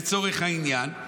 לצורך העניין,